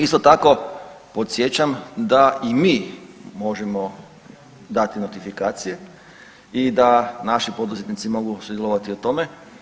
Isto tako, podsjećam da i mi možemo dati notifikacije i da naši poduzetnici mogu sudjelovati u tome.